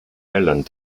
island